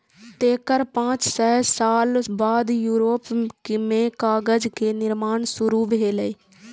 तेकर पांच सय साल बाद यूरोप मे कागज के निर्माण शुरू भेलै